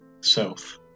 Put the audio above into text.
South